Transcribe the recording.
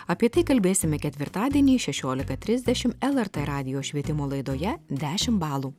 apie tai kalbėsime ketvirtadienį šešiolika trisdešim lrt radijo švietimo laidoje dešim balų